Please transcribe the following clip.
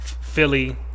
Philly